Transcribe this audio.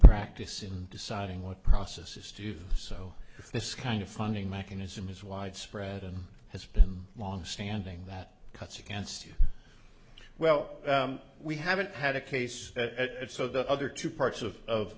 practice in deciding what processes to do so this kind of funding mechanism is widespread and has been longstanding that cuts against you well we haven't had a case that so the other two parts of of